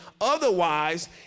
Otherwise